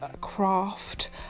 craft